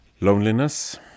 Loneliness